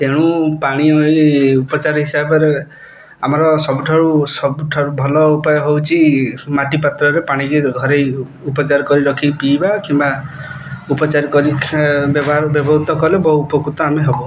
ତେଣୁ ପାଣି ଉପଚାର ହିସାବରେ ଆମର ସବୁଠାରୁ ସବୁଠାରୁ ଭଲ ଉପାୟ ହଉଛି ମାଟି ପାତ୍ରରେ ପାଣିକି ଘରେଇ ଉପଚାର କରି ରଖିକି ପିଇବା କିମ୍ବା ଉପଚାର କରି ବ୍ୟବହାର ବ୍ୟବହୃତ କଲେ ବହୁ ଉପକୃତ ଆମେ ହବ